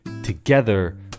Together